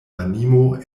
animo